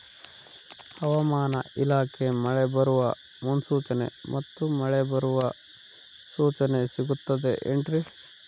ಹವಮಾನ ಇಲಾಖೆ ಮಳೆ ಬರುವ ಮುನ್ಸೂಚನೆ ಮತ್ತು ಮಳೆ ಬರುವ ಸೂಚನೆ ಸಿಗುತ್ತದೆ ಏನ್ರಿ?